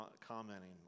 commenting